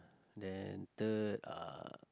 then third uh